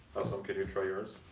hassam, can you try yours?